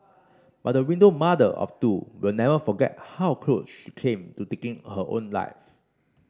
but the widowed mother of two will never forget how close she came to taking her own life